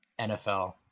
NFL